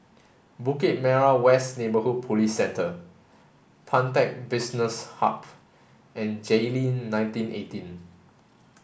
Bukit Merah West Neighbourhood Police Centre Pantech Business Hub and Jayleen nineteen eighteen